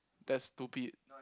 that's stupid